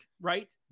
right